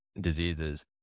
diseases